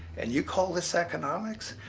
and you call this economics?